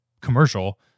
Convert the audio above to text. commercial